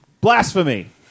Blasphemy